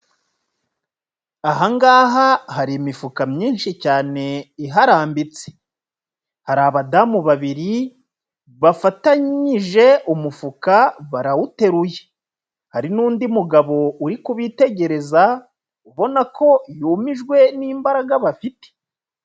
Ahangaha hari imifuka myinshi cyane iharambitse, hari abadamu babiri bafatanyije umufuka barawuteruye, hari n'undi mugabo uri kubitegereza ubona ko yumijwe n'imbaraga bafite.